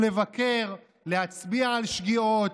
הוא לבקר, להצביע על שגיאות,